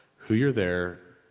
who you're there.